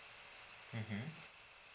mmhmm